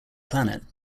planet